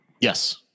Yes